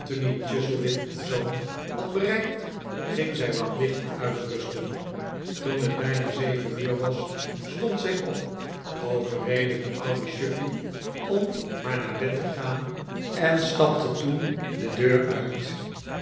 anthony chuzzlewit en zoon had bereikt ging zij wat liggen uitrusten toen het bijna zeven uur was stond zij op overreedde den ouden chuffey om maar naar bed te gaan en stapte toen de deur uit